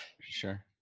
Sure